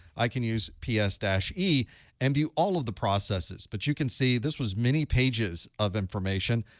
i can use ps dash e and view all of the processes. but you can see this was many pages of information,